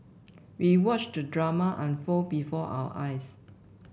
we watched drama unfold before our eyes